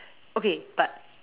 okay but